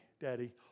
Daddy